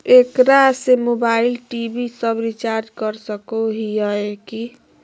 एकरा से mobile TV सब रिचार्ज कर सको हियै की?